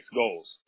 goals